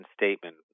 statement